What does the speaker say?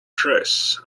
dress